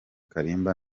kalimba